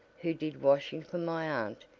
who did washing for my aunt,